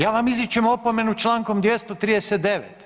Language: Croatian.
Ja vam izričem opomenu člankom 239.